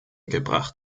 gebracht